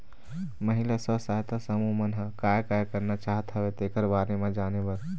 महिला स्व सहायता समूह मन ह काय काय करना चाहत हवय तेखर बारे म जाने बर